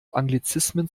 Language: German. anglizismen